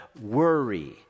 worry